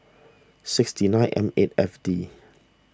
sixty nine M eight F D